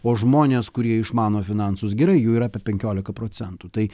o žmonės kurie išmano finansus gerai jų yra apie penkiolika procentų tai